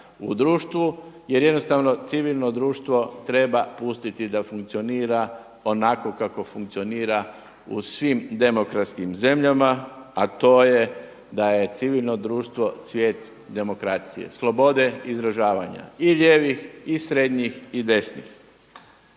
u društvu jer jednostavno civilno društvo treba pustiti da funkcionira onako kako funkcionira u svim demokratskim zemljama, a to je da je civilno društvo cvijet demokracije, slobode izražavanja i lijevih, i srednjih i desnih.